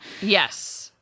Yes